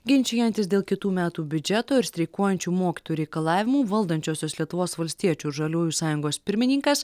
ginčijantis dėl kitų metų biudžeto ir streikuojančių mokytojų reikalavimų valdančiosios lietuvos valstiečių ir žaliųjų sąjungos pirmininkas